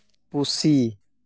ᱯᱩᱥᱤ